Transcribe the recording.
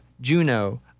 Juno